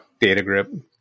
DataGrip